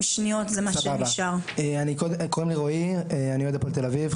אני אוהד הפועל תל אביב.